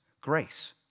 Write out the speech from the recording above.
Grace